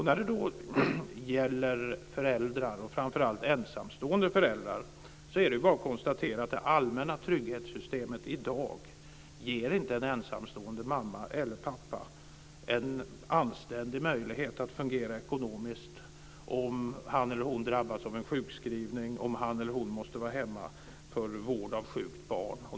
När det då gäller föräldrar, och framför allt ensamstående föräldrar, så är det bara att konstatera att det allmänna trygghetssystemet i dag inte ger en ensamstående mamma eller pappa en anständig möjlighet att fungera ekonomiskt om han eller hon drabbas av en sjukskrivning eller om han eller hon måste vara hemma för vård av sjukt barn.